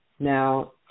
Now